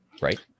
right